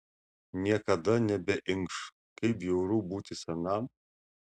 niekada nebeinkš kaip bjauru būti senam